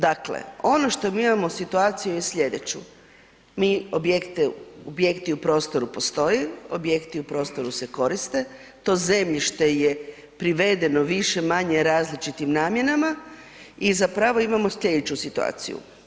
Dakle, ono što mi imamo situaciju je slijedeću, mi objekte, objekti u prostoru postoje, objekti u prostoru se koriste to zemljište je privedeno više-manje različitim namjenama i zapravo imamo slijedeću situaciju.